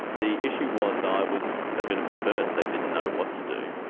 the issue was i was a bit of a first. they didn't know what to do.